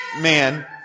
man